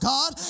God